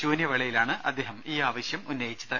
ശൂന്യവേളയിലാണ് അദ്ദേഹം ഈ ആവശ്യം ഉന്നയിച്ചത്